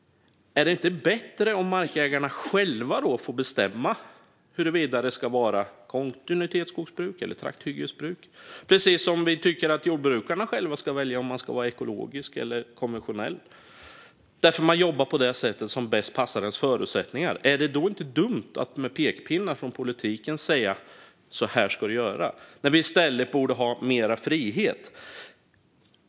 Är det inte bättre om markägarna själva får bestämma huruvida det ska vara kontinuitetsskogsbruk eller trakthyggesbruk, precis som vi tycker att jordbrukarna själva ska välja om de ska vara ekologiska eller konventionella? Man jobbar på det sätt som bäst passar ens förutsättningar. Är det då inte dumt att med pekpinnar från politiken säga "Så här ska du göra!" när vi i stället borde ha mer frihet?